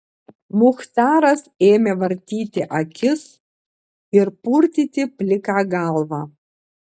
muchtaras ėmė vartyti akis ir purtyti pliką galvą